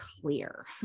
clear